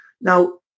Now